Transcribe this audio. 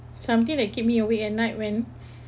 something that keep me awake at night when